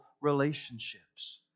relationships